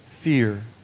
fear